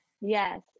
Yes